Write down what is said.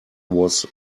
was